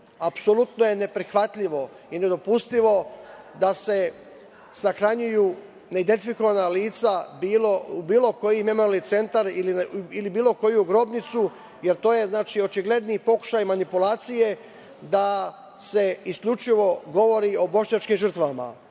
je neprihvatljivo i nedopustivo da se sahranjuju neidentifikovana lica u bilo koji memorijalni centar ili bilo koju grobnicu, jer to je očigledni pokušaj manipulacije da se isključivo govori o bošnjačkim